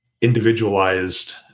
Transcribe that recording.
individualized